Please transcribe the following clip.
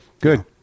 good